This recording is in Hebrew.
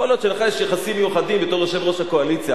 יכול להיות שלך יש יחסים מיוחדים בתור יושב-ראש הקואליציה.